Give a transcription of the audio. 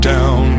Down